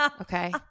Okay